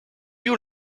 you